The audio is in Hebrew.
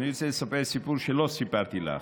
אני רוצה לספר סיפור שלא סיפרתי לך.